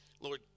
Lord